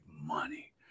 money